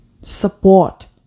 support